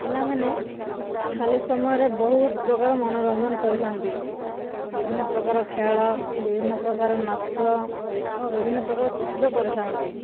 ପିଲାମାନେ ଖାଲି ସମୟରେ ବହୁତ ପ୍ରକାର ମନୋରଞ୍ଜନ କରିଥାନ୍ତି ବିଭିନ୍ନ ପ୍ରକାର ଖେଳ ବିଭିନ୍ନ ପ୍ରକାର ନାଚ ଓ ବିଭିନ୍ନ ପ୍ରକାର ଚିତ୍ର କରିଥାନ୍ତି